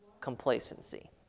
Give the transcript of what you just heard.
Complacency